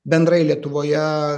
bendrai lietuvoje